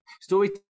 story